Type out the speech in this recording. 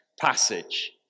passage